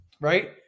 right